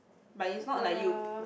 but it's not like you